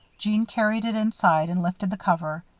jeanne carried it inside and lifted the cover.